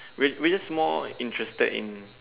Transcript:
we we're just more interested in